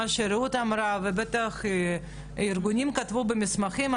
מה שרעות אמרה ובטח הארגונים כתבו במסמכים,